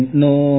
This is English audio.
no